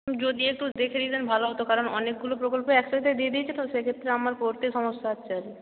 যদি একটু দেখে দিতেন ভালো হতো কারণ অনেকগুলো প্রকল্প একসাথে দিয়ে দিয়েছে